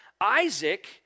Isaac